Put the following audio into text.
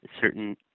certain